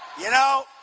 you know?